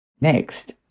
Next